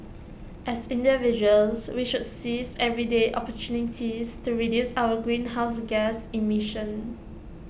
as individuals we should seize everyday opportunities to reduce our greenhouse gas emissions